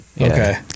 Okay